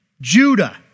Judah